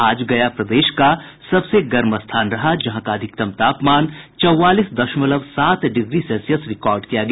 आज गया प्रदेश का सबसे गर्म स्थान रहा है जहां का अधिकतम तापमान चौवालीस दशमलव सात डिग्री सेल्सियस रिकार्ड किया गया